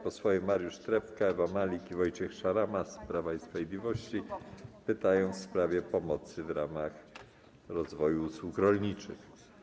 Posłowie Mariusz Trepka, Ewa Malik i Wojciech Szarama z Prawa i Sprawiedliwości zadadzą pytanie w sprawie pomocy w ramach rozwoju usług rolniczych.